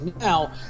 now